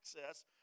access